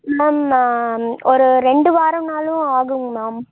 ma'am ஒரு ரெண்டு வாரம்னாலும் ஆகுங்க மேம்